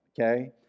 Okay